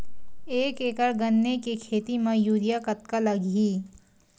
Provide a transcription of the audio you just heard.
एक एकड़ गन्ने के खेती म यूरिया कतका लगही?